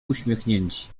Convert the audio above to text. uśmiechnięci